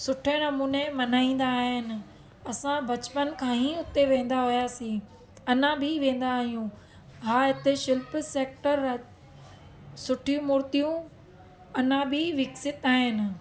सुठे नमूने मल्हाईंदा आहिनि असां बचपन खां ही उते वेंदा हुआसीं अञा बि वेंदा आहियूं हा हिते शिल्प सेक्टर सुठियूं मूर्तियूं अञा बि विकसितु आहिनि